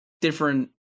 different